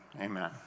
amen